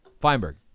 Feinberg